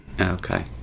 Okay